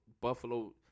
Buffalo